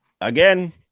Again